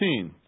16